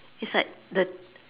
it's like the